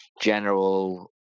general